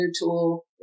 tool